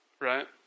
right